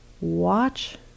watch